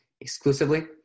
exclusively